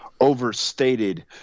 overstated